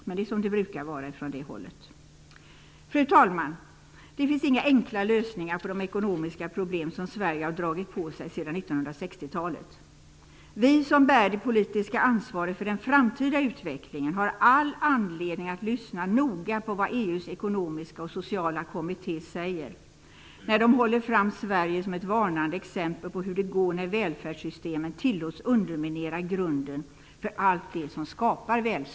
Men det är som det brukar vara från det hållet. Fru talman! Det finns inga enkla lösningar på de ekonomiska problem som Sverige har dragit på sig sedan 1960-talet. Vi som bär det politiska ansvaret för den framtida utvecklingen har all anledning att lyssna noga på vad EU:s ekonomiska och sociala kommitté säger när de håller fram Sverige som ett varnande exempel på hur det går när välfärdssystemet tillåts underminera grunden för allt det som skapar välstånd.